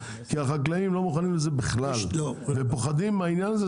כי החקלאים לא מוכנים זה בכלל ופוחדים מהעניין הזה,